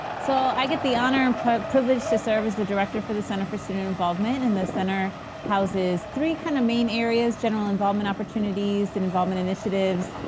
so, i get the honor and privilege to serve as the director for the center for student involvement. in the center houses three kinds kind of main areas general involvement opportunities and involvement initiatives.